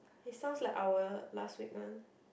is sounds like our last week one